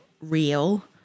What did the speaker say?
real